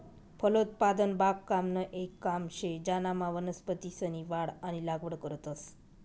फलोत्पादन बागकामनं येक काम शे ज्यानामा वनस्पतीसनी वाढ आणि लागवड करतंस